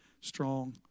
strong